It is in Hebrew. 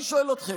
אני שואל אתכם: